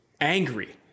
angry